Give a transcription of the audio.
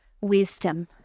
Wisdom